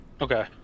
Okay